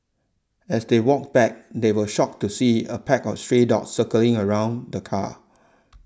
as they walked back they were shocked to see a pack of stray dogs circling around the car